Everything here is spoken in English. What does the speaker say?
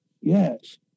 yes